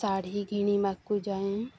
ଶାଢ଼ୀ କିଣିବାକୁ ଯାଏଁ